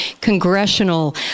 congressional